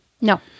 No